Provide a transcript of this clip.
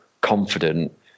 confident